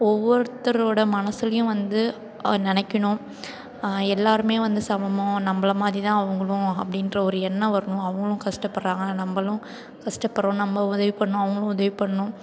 ஒவ்வொருத்தரோடு மனதுலையும் வந்து நினைக்கணும் எல்லோருமே வந்து சமமா நம்பளை மாதிரி தான் அவங்களும் அப்படின்ற ஒரு எண்ணம் வரணும் அவங்களும் கஷ்டப்படுறாங்க நம்பளும் கஷ்டப்படுறோம் நம்ப உதவி பண்ணணும் அவங்களும் உதவி பண்ணணும்